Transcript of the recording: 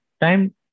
time